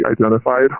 identified